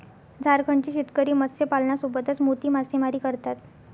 झारखंडचे शेतकरी मत्स्यपालनासोबतच मोती मासेमारी करतात